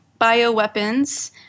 bioweapons